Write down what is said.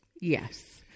Yes